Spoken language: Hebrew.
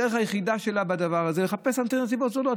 הדרך היחידה שלה בדבר הזה היא לחפש אלטרנטיבות זולות.